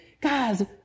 Guys